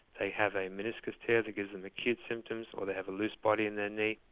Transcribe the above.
they have a meniscus tear that gives them acute symptoms or they have a loose body in their knee,